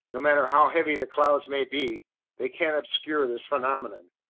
no matter how heavy the clouds may be, they can't obscure this phenomenon.